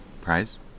Prize